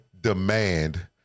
demand